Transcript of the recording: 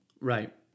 Right